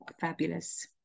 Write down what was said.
fabulous